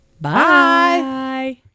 bye